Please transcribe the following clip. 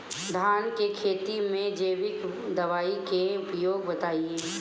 धान के खेती में जैविक दवाई के उपयोग बताइए?